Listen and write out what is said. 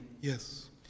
Yes